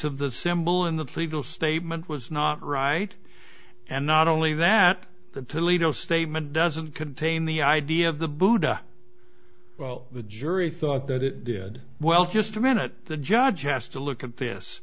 of the symbol in the previous statement was not right and not only that the toledo statement doesn't contain the idea of the buddha well the jury thought that it did well just a minute the judge has to look at this